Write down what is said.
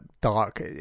dark